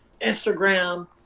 Instagram